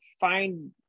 find